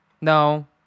No